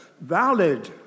valid